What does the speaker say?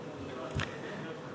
נתקבלו.